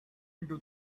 into